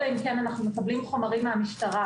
אלא אם כן אנחנו מקבלים חומרים מהמשטרה-